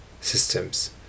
systems